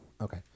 Okay